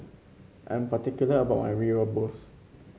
I'm particular about my Mee Rebus